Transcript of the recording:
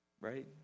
right